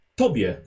tobie